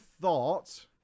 thought